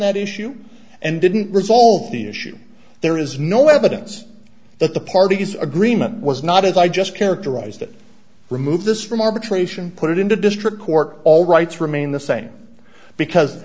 that issue and didn't resolve the issue there is no evidence that the parties agreement was not as i just characterized it remove this from arbitration put into district court all rights remain the same because